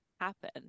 happen